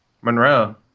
Monroe